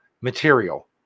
material